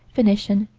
phoenician,